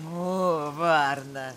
o varna